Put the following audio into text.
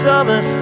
Summer